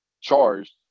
charged